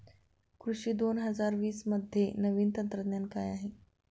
कृषी दोन हजार वीसमध्ये नवीन तंत्रज्ञान काय आहे?